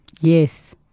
Yes